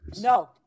No